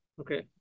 Okay